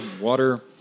water